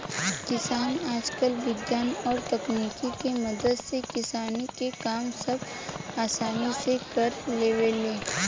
किसान आजकल विज्ञान और तकनीक के मदद से किसानी के काम सब असानी से कर लेवेले